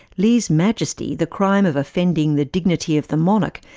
lese-majeste, the the crime of offending the dignity of the monarch,